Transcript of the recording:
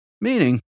Meaning